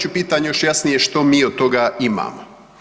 ću pitanje još jasnije, što mi od toga imamo?